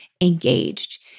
engaged